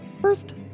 first